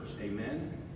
amen